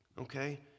Okay